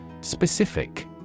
Specific